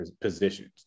positions